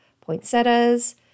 poinsettias